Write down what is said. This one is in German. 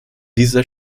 dieser